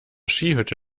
skihütte